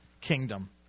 kingdom